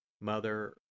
Mother